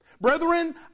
Brethren